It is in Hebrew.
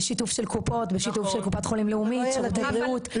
בשיתוף של קופת חולים לאומית, שירותי בריאות.